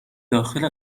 داخل